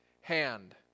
hand